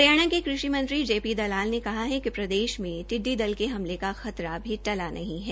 हरियाणा के कृषि मंत्री जे पी दलाल ने कहा है कि प्रदेश में टिड्डी दल के हमले का खतरा अभी टला नहीं है